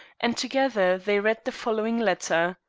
and together they read the following letter